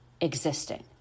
existing